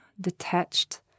detached